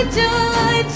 joy